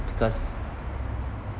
because